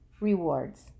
rewards